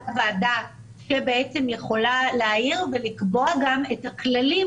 אותה ועדה שבעצם יכולה להעיר ולקבוע גם את הכללים